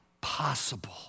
possible